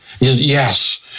yes